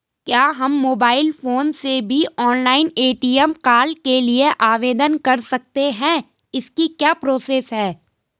क्या हम mobile phone से भी ऑनलाइन ए.टी.एम कार्ड के लिए आवेदन कर सकते हैं इसकी क्या प्रोसेस है?